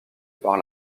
par